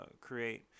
create